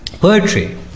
Poetry